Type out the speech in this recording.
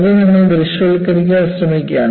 അത് നിങ്ങൾ ദൃശ്യവൽക്കരിക്കാൻ ശ്രമിക്കുകയാണ്